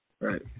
right